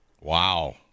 Wow